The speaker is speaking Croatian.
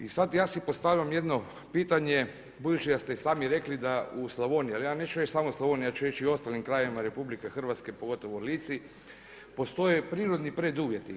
I sad, ja si postavljam jedno pitanje, budući da ste i sami rekli da u Slavoniji, ali ja neću reći samo u Slavoniji, ja ću reći i u ostalim krajevima RH, pogotovo Lici, postoje prirodni preduvjeti.